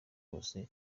hose